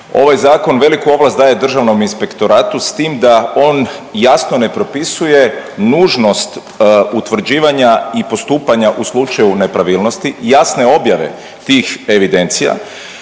Ovaj zakon veliku ovlast daje Državnom inspektoratu s tim da on jasno ne propisuje nužnost utvrđivanja i postupanja u slučaju nepravilnosti, jasne objave tih evidencija,